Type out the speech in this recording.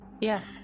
Yes